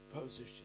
position